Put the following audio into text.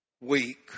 Weak